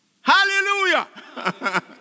Hallelujah